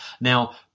now